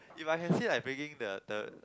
if I can see like breaking the the